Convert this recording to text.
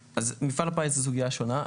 מפעל הפיס זה סוגיה שונה.